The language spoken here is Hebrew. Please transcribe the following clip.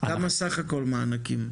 כמה סך הכל מענקים?